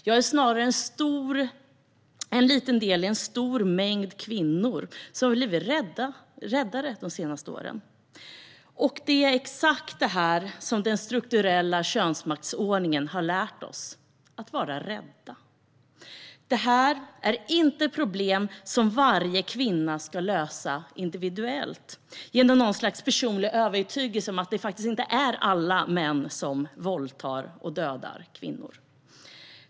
Jag är snarare en liten del av en stor mängd kvinnor som har blivit räddare under de senaste åren. Och det är exakt det som den strukturella könsmaktsordningen har lärt oss - att vara rädda. Det här är inte ett problem som varje kvinna ska lösa individuellt genom något slags personlig övertygelse om att det faktiskt inte är alla män som våldtar och dödar kvinnor.